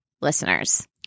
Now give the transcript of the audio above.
listeners